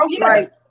right